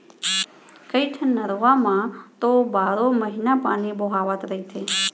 कइठन नरूवा मन म तो बारो महिना पानी बोहावत रहिथे